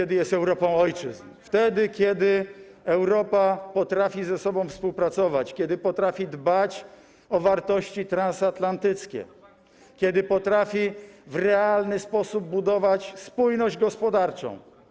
kiedy jest Europą ojczyzn, wtedy kiedy Europa potrafi ze sobą współpracować, kiedy potrafi dbać o wartości transatlantyckie, kiedy potrafi w realny sposób budować spójność gospodarczą.